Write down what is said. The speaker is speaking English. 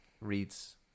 reads